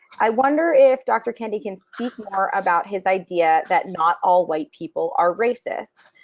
i wonder if dr. kendi can speak more about his idea that not all white people are racist.